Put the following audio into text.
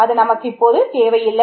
அது நமக்கு இப்போது தேவை இல்லை